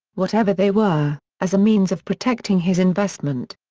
whatever they were, as a means of protecting his investment.